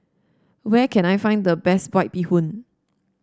where can I find the best White Bee Hoon